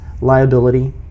liability